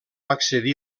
accedí